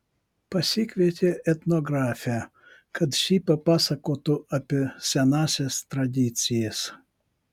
pasikvietė etnografę kad ši papasakotų apie senąsias tradicijas